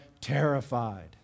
terrified